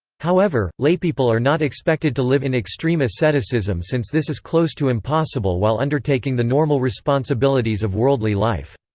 however, laypeople are not expected to live in extreme asceticism since this is close to impossible while undertaking the normal responsibilities of worldly life.